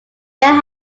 yale